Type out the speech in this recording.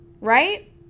Right